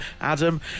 Adam